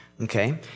okay